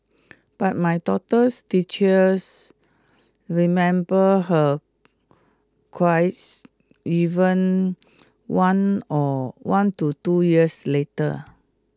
but my daughter's teachers remember her even one or one to two years later